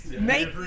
make